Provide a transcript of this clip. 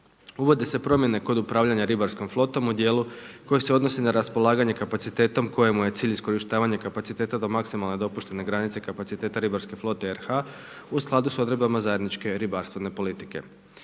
Uvode se promjene kod upravljanja ribarskom flotom u dijelu koji se odnosi na raspolaganje kapacitetom kojemu je cilj iskorištavanje kapaciteta do maksimalne dopuštene granice kapaciteta ribarske flote RH u skladu s odredbama zajedničke ribarstvene politike.